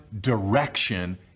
direction